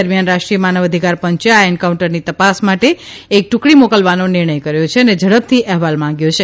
દરમિયાન રાષ્ટ્રીય માનવ અધિકારપંચે આ એન્કાઉન્ટરની તપાસ માટે એક ટુકડી મોકલવા નિર્ણય કર્યો છે અને ઝડપથી અહેવાલ માંગ્યો છે